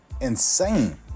insane